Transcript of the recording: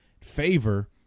favor